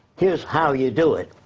here's how you do it.